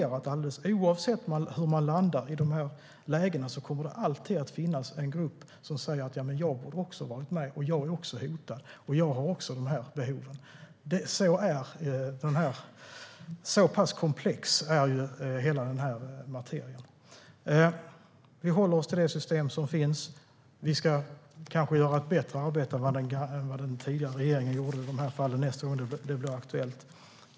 Alldeles oavsett hur man landar i dessa lägen kan jag garantera att det alltid kommer att finnas en grupp som säger: Men jag har också varit med, jag är också hotad och jag har också dessa behov. Så pass komplex är ju hela denna materia. Vi håller oss till det system som finns. Vi ska kanske göra ett bättre arbete än vad den tidigare regeringen gjorde nästa gång det blir aktuellt.